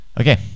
Okay